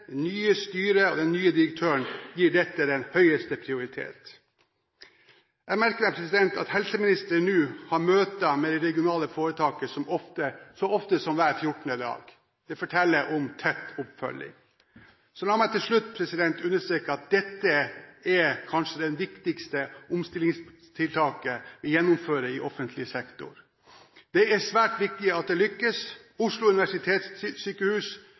den nye styrelederen, det nye styret og den nye direktøren gir dette høyeste prioritet. Jeg merket meg at helseministeren nå har møter med det regionale foretaket så ofte som hver 14. dag. Det forteller om tett oppfølging. La meg til slutt understreke at dette er kanskje det viktigste omstillingstiltaket vi gjennomfører i offentlig sektor. Det er svært viktig at det lykkes. Oslo universitetssykehus